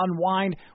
unwind